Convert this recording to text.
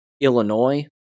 Illinois